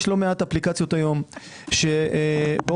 יש לא מעט אפליקציות היום שאתה יכול לקבל